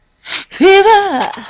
Fever